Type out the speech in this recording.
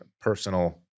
personal